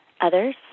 others